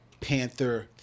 Panther